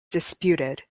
disputed